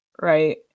Right